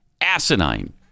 asinine